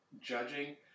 judging